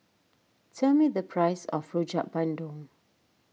tell me the price of Rojak Bandung